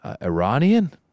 iranian